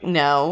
no